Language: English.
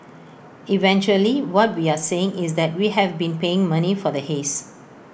eventually what we are saying is that we have been paying money for the haze